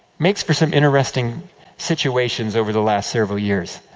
makes for some interesting situations over the last several years.